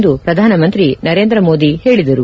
ಎಂದು ಪ್ರಧಾನಮಂತ್ರಿ ನರೇಂದ್ರ ಮೋದಿ ಹೇಳಿದರು